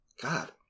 god